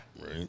Right